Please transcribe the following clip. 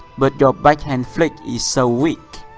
but your backhand flick is so weak.